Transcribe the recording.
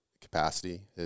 capacity